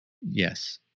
Yes